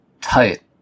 tight